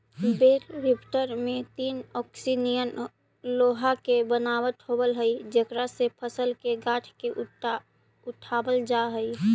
बेल lifter में तीन ओंकसी निअन लोहा के बनावट होवऽ हई जेकरा से फसल के गाँठ के उठावल जा हई